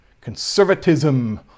conservatism